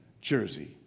jersey